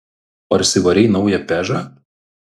parsivarei naują pežą